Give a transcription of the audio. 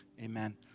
amen